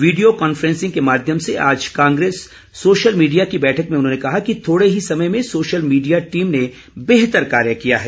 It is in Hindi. विडियो कॉन्फ्रेंसिंग के माध्यम से आज कांग्रेस सोशल मीडिया की बैठक में उन्होंने कहा कि थोड़े ही समय में सोशल मीडिया टीम ने बेहतर कार्य किया है